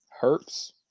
hurts